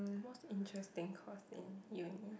most interesting course in uni